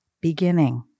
beginning